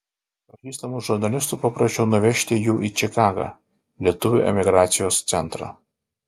pažįstamų žurnalistų paprašiau nuvežti jų į čikagą lietuvių emigracijos centrą